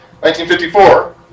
1954